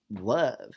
love